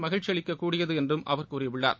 மகிழ்ச்சி அளிக்கக் கூடியது என்றும் அவர் கூறியுள்ளார்